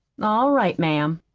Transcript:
all right, ma'am.